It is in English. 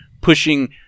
pushing